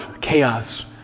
chaos